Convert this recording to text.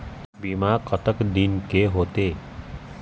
बीमा कतक दिन के होते?